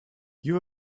you